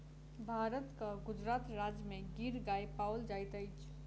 भारतक गुजरात राज्य में गिर गाय पाओल जाइत अछि